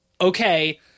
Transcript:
Okay